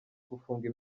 gufungwa